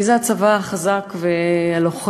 מי זה הצבא החזק והלוחם?